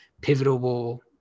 pivotal